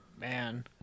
man